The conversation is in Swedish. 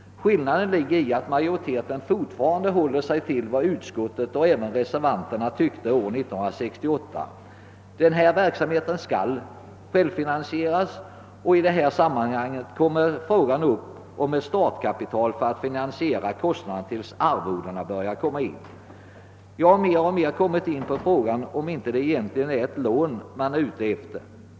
Skillnaden består i att majoriteten fortfarande håller sig till vad utskottet och även reservanterna ansåg år 1968, nämligen att verksamheten skall självfinansieras. I detta sammanhang uppkommer frågan om erhållande av startkapital för finansiering av kostnaderna tills arvodena börjar komma in. Vi har efter hand fått den uppfattningen att det egentligen är ett lån som avses i detta fall.